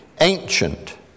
ancient